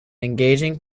engaging